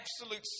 absolute